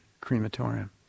crematorium